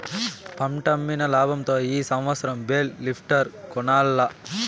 పంటమ్మిన లాబంతో ఈ సంవత్సరం బేల్ లిఫ్టర్ కొనాల్ల